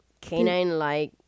Canine-like